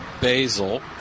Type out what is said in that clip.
basil